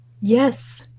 Yes